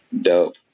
dope